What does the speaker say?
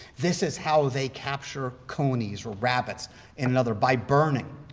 this is how they capture conies or rabbits in another by burning.